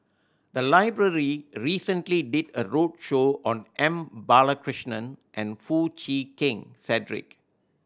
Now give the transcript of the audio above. the library recently did a roadshow on M Balakrishnan and Foo Chee Keng Cedric